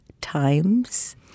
times